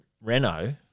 Renault